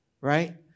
Right